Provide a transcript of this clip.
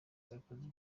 sarkozy